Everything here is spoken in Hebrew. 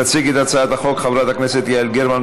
תציג את הצעת החוק חברת הכנסת יעל גרמן,